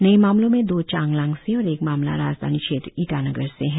नए मामलों में दो चांगलांग से और एक मामला राजधानी क्षेत्र ईटानगर से है